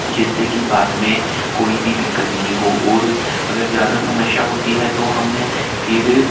जिससे की बाद में कोई भी दिक्कत नहीं हो और अगर ज़्यादा समस्या होती है तो हमें फिर